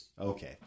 Okay